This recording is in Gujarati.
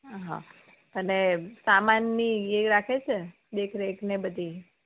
હ અને સામાનની એ રાખે છે દેખરેખ ને બધી